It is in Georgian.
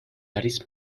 არის